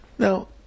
Now